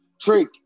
trick